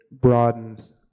broadens